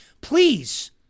Please